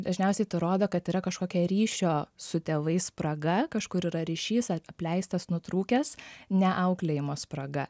antra dažniausiai tai rodo kad yra kažkokia ryšio su tėvais spraga kažkur yra ryšys apleistas nutrūkęs ne auklėjimo spraga